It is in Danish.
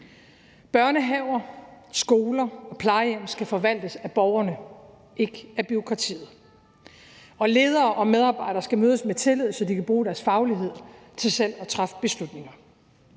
Børnehaver, skoler og plejehjem skal forvaltes af borgerne, ikke af bureaukratiet. Og ledere og medarbejdere skal mødes med tillid, så de kan bruge deres faglighed til selv at træffe beslutninger.